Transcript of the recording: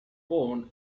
born